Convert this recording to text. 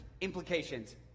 implications